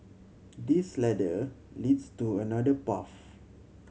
this ladder leads to another path